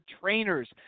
trainers